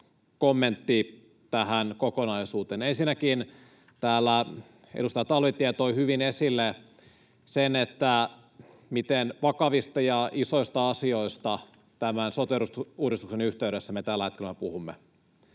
kommentti tähän kokonaisuuteen. Ensinnäkin täällä edustaja Talvitie toi hyvin esille sen, miten vakavista ja isoista asioista tämän sote-uudistuksen yhteydessä me tällä hetkellä puhumme.